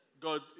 God